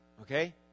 okay